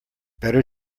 better